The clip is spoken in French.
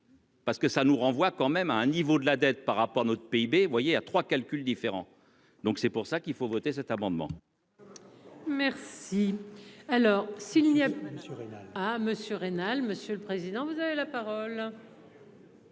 Parce que ça nous renvoie quand même à un niveau de la dette par rapport à notre PIB voyez à 3 calcul différents. Donc c'est pour ça qu'il faut voter cet amendement. Merci. Alors si il y a même souri à monsieur Reina. Monsieur le président vous avez la parole.